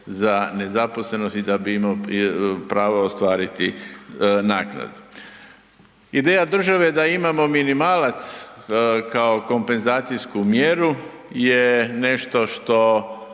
za nezaposlenost i da bi imao pravo ostvariti naknadu. Ideja države da imamo minimalac kao kompenzacijsku mjeru je nešto što